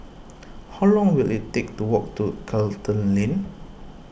how long will it take to walk to Charlton Lane